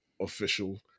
official